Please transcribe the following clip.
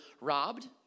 robbed